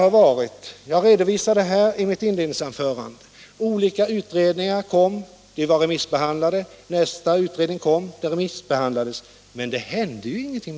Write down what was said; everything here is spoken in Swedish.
Och som jag redovisade i mitt inledningsanförande har det varit så att en rad utredningar har lagts fram och remissbehandlats, men sedan har det inte hänt någonting.